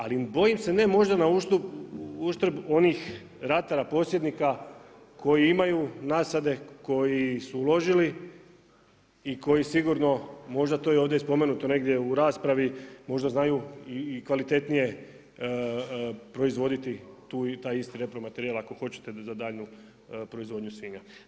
Ali bojim se ne možda na uštrb onih ratara, posjednika koji imaju nasade, koji su uložili i koji sigurno možda je to ovdje i spomenuto negdje, u raspravi, možda znaju i kvalitetnije proizvoditi taj isti repromaterijal ako hoćete za daljnju proizvodnju svinja.